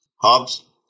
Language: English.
Hobbs